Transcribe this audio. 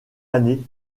année